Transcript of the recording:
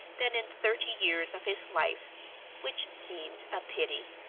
than in thirty years of his life which seemed a pity.